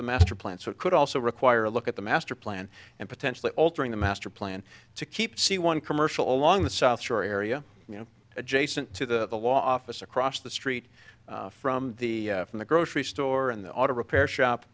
the master plan so it could also require a look at the master plan and potentially altering the master plan to keep c one commercial along the south shore area you know adjacent to the law office across the street from the from the grocery store and the auto repair shop